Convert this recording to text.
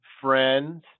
friends